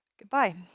Goodbye